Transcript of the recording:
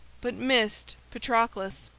but missed patroclus,